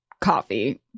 coffee